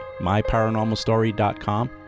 myparanormalstory.com